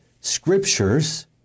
scriptures